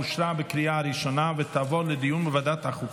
לוועדת החוקה,